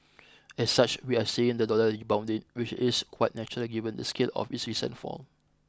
as such we are seeing the dollar rebounding which is quite natural given the scale of its recent fall